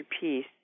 peace